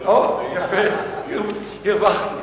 או, יפה, הרווחתי.